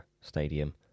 Stadium